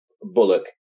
Bullock